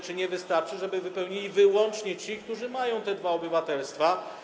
Czy nie wystarczy, że wypełnią je wyłącznie ci, którzy mają dwa obywatelstwa?